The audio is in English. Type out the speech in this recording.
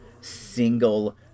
single